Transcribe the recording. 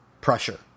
pressure